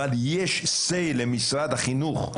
אבל יש אמירה למשרד החינוך,